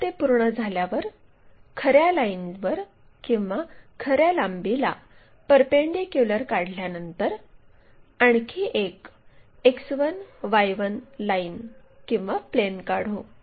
एकदा ते पूर्ण झाल्यावर खऱ्या लाईनवर किंवा खऱ्या लांबीला परपेंडीक्युलर काढल्यानंतर आणखी एक X1 Y1 लाइन किंवा प्लेन काढू